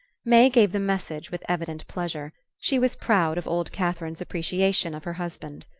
may gave the message with evident pleasure she was proud of old catherine's appreciation of her husband.